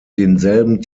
denselben